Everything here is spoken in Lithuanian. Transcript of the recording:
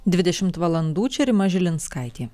dvidešimt valandų čia rima žilinskaitė